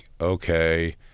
okay